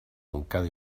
montcada